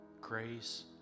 grace